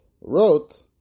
wrote